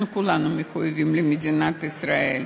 אנחנו כולנו מחויבים למדינת ישראל.